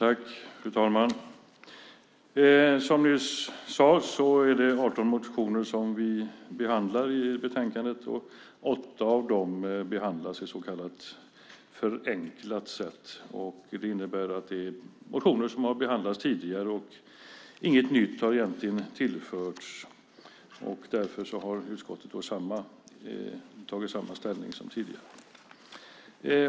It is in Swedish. Fru talman! Som nyss sades här är det 18 motioner som vi behandlar i betänkandet. Åtta av dem behandlas på så kallat förenklat sätt. Det innebär att det är motioner som har behandlats tidigare, och inget nytt har egentligen tillförts. Därför har utskottet tagit samma ställning som tidigare.